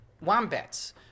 wombats